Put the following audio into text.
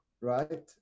right